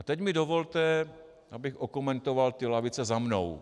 A teď mi dovolte, abych okomentoval ty lavice za mnou.